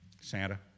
Santa